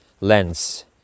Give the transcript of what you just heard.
lens